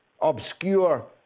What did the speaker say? obscure